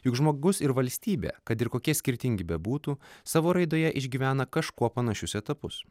juk žmogus ir valstybė kad ir kokie skirtingi bebūtų savo raidoje išgyvena kažkuo panašius etapus